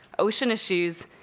ocean issues,